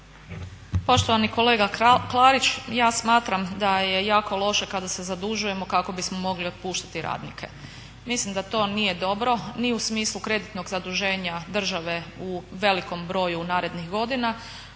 Poštovani kolega Klarić, ja smatram da je jako loše kada se zadužujemo kako bismo mogli otpuštati radnike. Mislim da to nije dobro ni u smislu kreditnog zaduženja države u velikom broju u narednih godina,